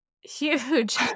huge